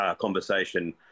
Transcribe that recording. conversation